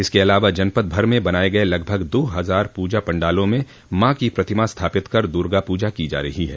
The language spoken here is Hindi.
इसके अलावा जनपद भर में बनाये गये लगभग दो हजार पूजा पंडालों में मां की प्रतिमा स्थापित कर दर्गा पूजा की जा रही है